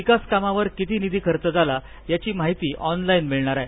विकास कामावर किती निधी खर्च झाला याची माहीती ऑनलाईन मिळणार आहे